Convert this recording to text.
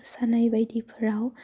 मोसानाय बायदिफोराव